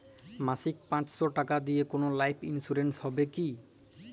মাসিক পাঁচশো টাকা দিয়ে কোনো লাইফ ইন্সুরেন্স হবে কি?